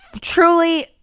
Truly